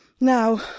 Now